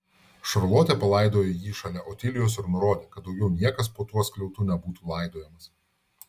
šarlotė palaidojo jį šalia otilijos ir nurodė kad daugiau niekas po tuo skliautu nebūtų laidojamas